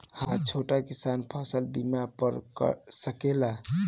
हा छोटा किसान फसल बीमा पा सकेला?